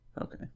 Okay